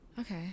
okay